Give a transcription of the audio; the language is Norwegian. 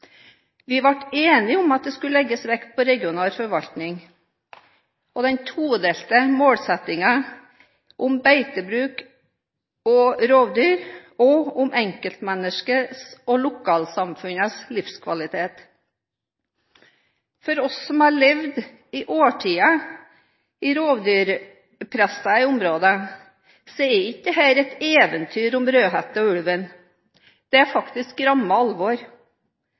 Vi ble enige om at det skulle legges vekt på regional forvaltning og den todelte målsettingen om beitebruk og rovdyr og om enkeltmenneskets og lokalsamfunnets livskvalitet. For oss som har levd årtier i rovdyrpressede områder, er ikke dette et eventyr om Rødhette og ulven, det er faktisk ramme alvor.